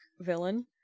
villain